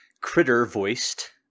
critter-voiced